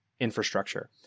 infrastructure